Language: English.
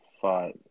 five